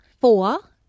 four